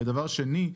ודבר שני,